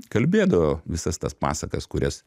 kalbėdavo visas tas pasakas kurias